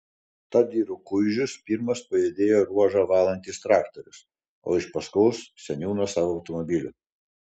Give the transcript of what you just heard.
tad į rukuižius pirmas pajudėjo ruožą valantis traktorius o iš paskos seniūnas savo automobiliu